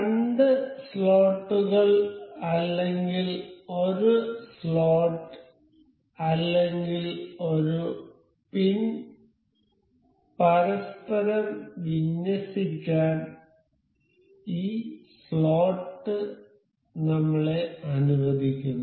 രണ്ട് സ്ലോട്ടുകൾ അല്ലെങ്കിൽ ഒരു സ്ലോട്ട് അല്ലെങ്കിൽ ഒരു പിൻ പരസ്പരം വിന്യസിക്കാൻ ഈ സ്ലോട്ട് നമ്മളെ അനുവദിക്കുന്നു